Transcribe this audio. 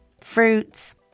fruits